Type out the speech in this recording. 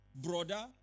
Brother